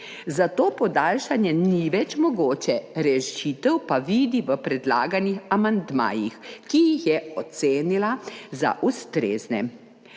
zato podaljšanje ni več mogoče, rešitev pa vidi v predlaganih amandmajih, ki jih je ocenila za ustrezne.